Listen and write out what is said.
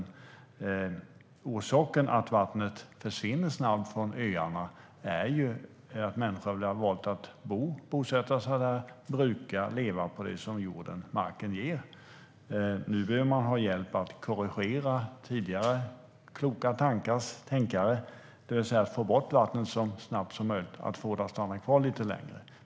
Orsaken till att vattnet försvinner snabbt från öarna är ju att människor har valt att bosätta sig där, bruka marken och leva på vad den ger. Nu behöver man ha hjälp att korrigera tidigare kloka tankar, det vill säga att i stället för att få bort vattnet så snabbt som möjligt få det att stanna kvar lite längre.